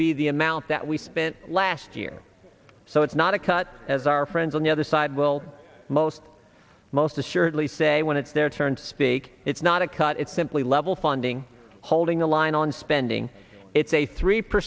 be the amount that we spent last year so it's not a cut as our friends on the other side will most most assuredly say when it's their turn to speak it's not a cut it's simply level funding holding the line on spending it's a three